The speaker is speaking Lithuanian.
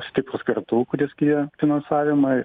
stiprūs kartu kurie skyrė finansavimą ir